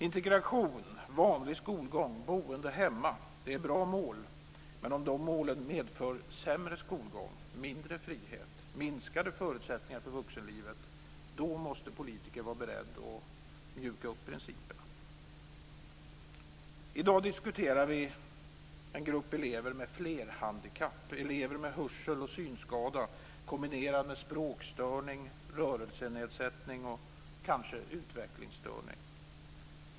Integration, vanlig skolgång och boende hemma är bra mål, men om dessa mål medför sämre skolgång, mindre frihet och minskade förutsättningar för vuxenlivet, då måste vi politiker vara beredda att mjuka upp principerna. I dag diskuterar vi en grupp elever med flerhandikapp, elever med hörsel och synskada kombinerat med språkstörning, rörelsenedsättning och kanske utvecklingsstörning.